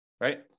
right